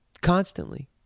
constantly